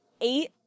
eight